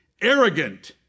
Arrogant